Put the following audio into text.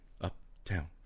Uptown